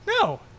No